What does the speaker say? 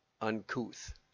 uncouth